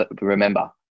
remember